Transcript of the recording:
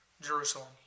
Jerusalem